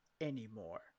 anymore